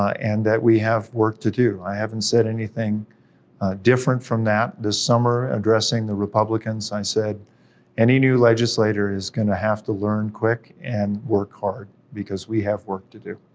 ah and that we have work to do. i haven't said anything different from that, this summer, addressing the republicans, i said any new legislator is gonna have to learn quick, and work hard, because we have work to do.